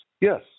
Yes